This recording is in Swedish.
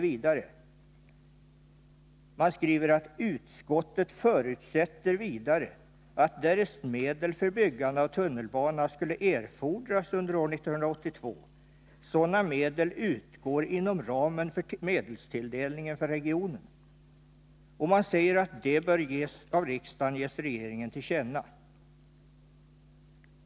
— utan skriver: ”Utskottet förutsätter vidare att därest medel för byggande av tunnelbana skulle erfordras under år 1982 sådana medel utgår inom ramen för medelstilldelningen för regionen.” Och man säger att detta av riksdagen bör ges regeringen till känna.